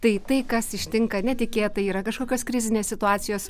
tai tai kas ištinka netikėtai yra kažkokios krizinės situacijos